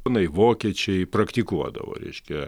ponai vokiečiai praktikuodavo reiškia